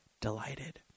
delighted